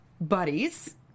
buddies